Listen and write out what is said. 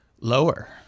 lower